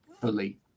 fully